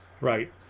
right